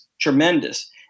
tremendous